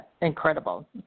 incredible